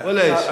ואללה אישי.